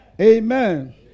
Amen